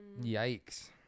Yikes